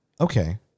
Okay